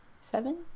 Seven